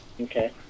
Okay